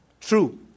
true